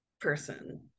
person